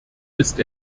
ist